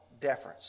deference